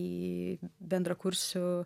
į bendrakursių